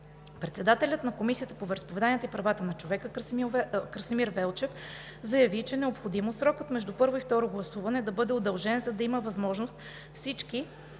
Председателят на Комисията по вероизповеданията и правата на човека Красимир Велчев заяви, че е необходимо срокът между първо и второ гласуване да бъде удължен, за да има възможност всички